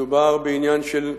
מדובר בעניין של צדק,